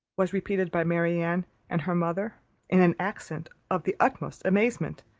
was repeated by marianne and her mother in an accent of the utmost amazement